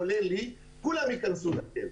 כולל לי כולם ייכנסו לכלא.